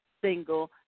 single